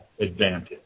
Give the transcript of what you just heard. advantage